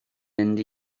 mynd